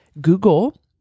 Google